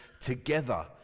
together